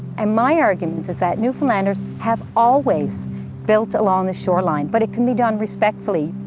and my argument is that newfoundlanders have always built along the shoreline, but it can be done respectfully.